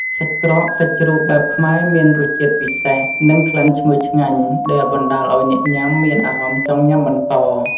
សាច់ក្រកសាច់ជ្រូកបែបខ្មែរ មានរសជាតិពិសេស និងក្លិនឈ្ងុយឆ្ងាញ់ ដែលបណ្តាលឱ្យអ្នកញ៉ាំមានអារម្មណ៍ចង់ញ៉ាំបន្ត។